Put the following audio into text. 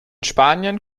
spanien